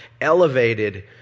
elevated